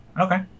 okay